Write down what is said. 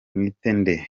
mwitende